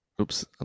Oops